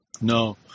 No